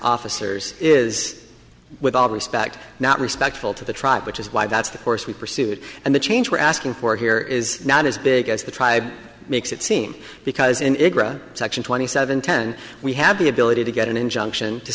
officers is with all respect not respectful to the tribe which is why that's the course we pursued and the change we're asking for here is not as big as the tribe makes it seem because enigma section twenty seven ten we have the ability to get an injunction to